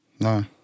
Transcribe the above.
No